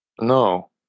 No